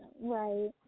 Right